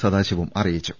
സദാശിവം അറിയിച്ചു